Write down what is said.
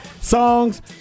songs